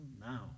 now